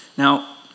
Now